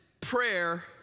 prayer